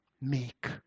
make